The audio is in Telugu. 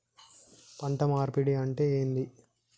పంట మార్పిడి అంటే ఏంది?